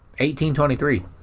1823